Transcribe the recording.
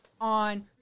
on